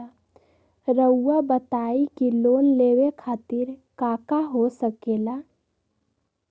रउआ बताई की लोन लेवे खातिर काका हो सके ला?